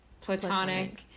platonic